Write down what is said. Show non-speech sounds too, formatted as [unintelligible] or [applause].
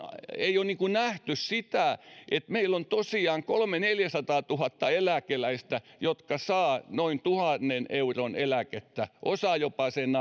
ei ole nähty sitä että meillä on tosiaan kolmesataatuhatta viiva neljäsataatuhatta eläkeläistä jotka saavat noin tuhannen euron eläkettä osa jopa sen [unintelligible]